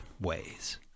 ways